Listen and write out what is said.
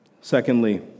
Secondly